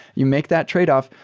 you make that tradeoff,